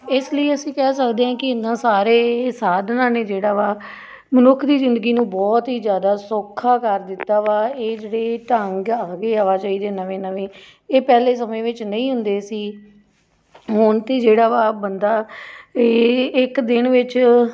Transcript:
ਇਸ ਲਈ ਅਸੀਂ ਕਹਿ ਸਕਦੇ ਹਾਂ ਕਿ ਇਨ੍ਹਾਂ ਸਾਰੇ ਸਾਧਨਾਂ ਨੇ ਜਿਹੜਾ ਵਾ ਮਨੁੱਖ ਦੀ ਜ਼ਿੰਦਗੀ ਨੂੰ ਬਹੁਤ ਹੀ ਜ਼ਿਆਦਾ ਸੌਖਾ ਕਰ ਦਿੱਤਾ ਵਾ ਇਹ ਜਿਹੜੀ ਢੰਗ ਆ ਗਏ ਆਵਾਜਾਈ ਦੇ ਨਵੇਂ ਨਵੇਂ ਇਹ ਪਹਿਲੇ ਸਮੇਂ ਵਿੱਚ ਨਹੀਂ ਹੁੰਦੇ ਸੀ ਹੁਣ ਅਤੇ ਜਿਹੜਾ ਵਾ ਬੰਦਾ ਇੱਕ ਦਿਨ ਵਿੱਚ